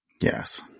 Yes